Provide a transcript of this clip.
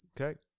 okay